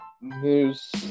news